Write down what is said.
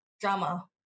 drama